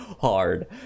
hard